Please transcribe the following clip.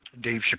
Dave